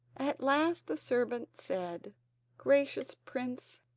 at last the servant said gracious prince,